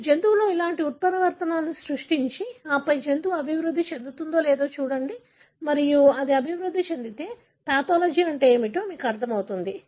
మీరు జంతువులో ఇలాంటి ఉత్పరివర్తనాలను సృష్టించి ఆపై జంతువు అభివృద్ధి చెందుతుందో లేదో చూడండి మరియు అది అభివృద్ధి చెందితే పాథాలజీ అంటే ఏమిటో మీకు అర్థమవుతుంది